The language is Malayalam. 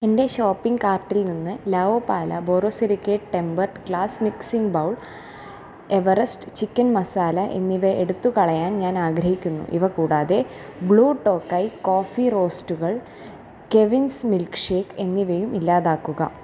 എന്റെ ഷോപ്പിംഗ് കാർട്ടിൽ നിന്ന് La Opala borosilicate tempered glass mixing bowl Everest chicken masala എന്നിവ എടുത്തു കളയാൻ ഞാൻ ആഗ്രഹിക്കുന്നു ഇവ കൂടാതെ ബ്ലൂ ടോക്കൈ കോഫി റോസ്റ്ററുകൾ കെവിൻസ് മിൽക്ക് ഷേക്ക് എന്നിവയും ഇല്ലാതാക്കുക